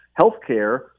healthcare